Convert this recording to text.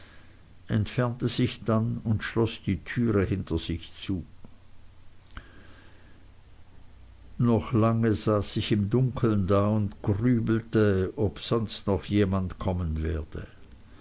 entfernte sich dann und schloß die türe hinter sich zu noch lange saß ich im dunkeln da und grübelte ob sonst noch jemand kommen werde